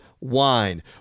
wine